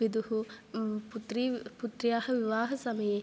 पितुः पुत्री पुत्र्याः विवाहसमये